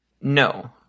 No